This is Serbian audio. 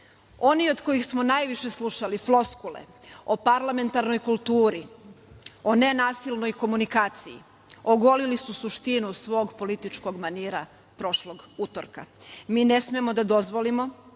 od kojih smo najviše slušali floskule o parlamentarnoj kulturi, o ne nasilnoj komunikaciji, ogolili su suštinu svog političkog manira prošlog utorka. Mi ne smemo da dozvolimo